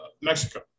Mexico